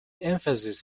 emphasis